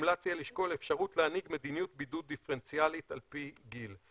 מומלץ יהיה לשקול אפשרות להנהיג מדיניות בידוד דיפרנציאלית על פי גיל,